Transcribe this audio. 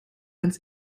ans